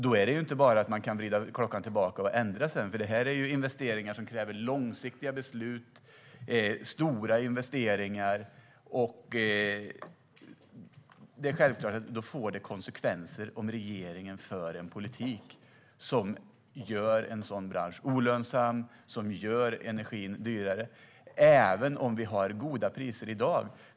Då är det inte bara att vrida tillbaka klockan och ändra. Det här är nämligen investeringar som kräver långsiktiga beslut. Det är stora investeringar. Det är självklart att det får konsekvenser om regeringen för en politik som gör en sådan bransch olönsam och som gör energin dyrare, även om vi har goda priser i dag.